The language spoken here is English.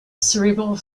cerebral